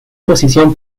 position